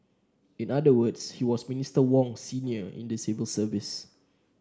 in other words he was Minister Wong's senior in the civil service